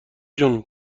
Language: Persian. جون